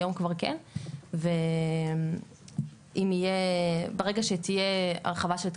היום כבר כן וברגע שתהיה הרחבה של תקנים,